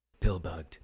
Pillbugged